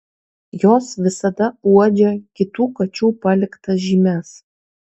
jos visada uodžia kitų kačių paliktas žymes